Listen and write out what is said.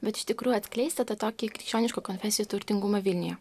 bet iš tikrųjų atskleisti tą tokį krikščioniškų konfesijų turtingumą vilniuje